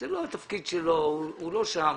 זה לא התפקיד שלו, הוא לא שם.